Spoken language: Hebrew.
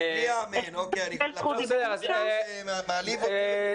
אני משתדלת לטפל בכל מה שאני יכולה.